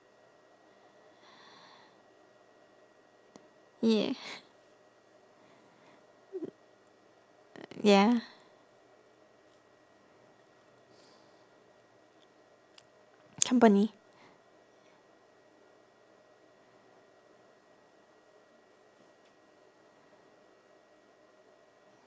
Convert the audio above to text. ya ya company